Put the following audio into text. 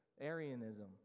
Arianism